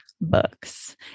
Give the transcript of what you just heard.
books